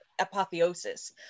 apotheosis